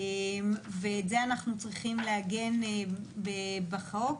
ואת זה אנחנו צריכים לעגן בחוק.